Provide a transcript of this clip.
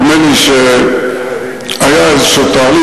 נדמה לי שהיה איזה תהליך,